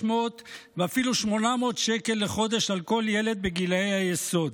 600 ואפילו 800 שקל לחודש על כל ילד בגילי היסוד.